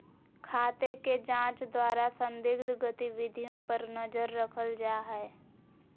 खाते के जांच द्वारा संदिग्ध गतिविधियों पर नजर रखल जा हइ